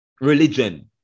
religion